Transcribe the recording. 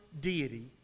deity